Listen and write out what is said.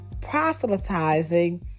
proselytizing